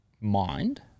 mind